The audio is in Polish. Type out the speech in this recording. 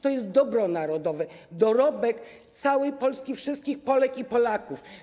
To jest dobro narodowe, dorobek całej Polski, wszystkich Polek i Polaków.